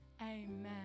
Amen